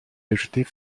ajouter